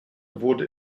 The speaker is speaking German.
wurde